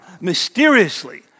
mysteriously